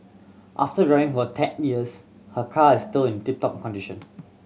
after driving for ten years her car is still in tip top condition